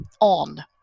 on